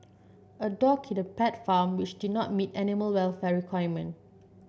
a dog in a pet farm which did not meet animal welfare requirement